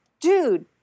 dude